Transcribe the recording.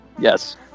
Yes